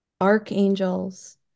Archangels